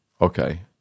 Okay